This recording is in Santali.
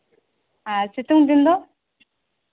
ᱟᱨ ᱥᱤᱛᱩᱝ ᱫᱤᱱ ᱫᱚ